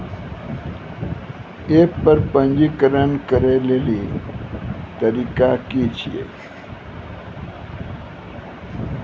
App पर पंजीकरण करै लेली तरीका की छियै?